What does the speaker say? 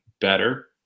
better